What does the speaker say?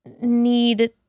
need